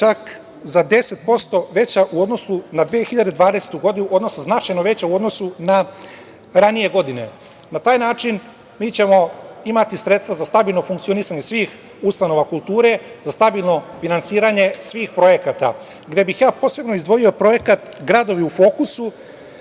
čak za 10% veća u odnosu na 2020. godinu, odnosno značajno veća u odnosu na ranije godine. Na taj način mi ćemo imati sredstva za stabilno funkcionisanje svih ustanova kulture, za stabilno finansiranje svih projekata, gde bih ja posebno izdvojio projekat – „Gradovi u fokusu“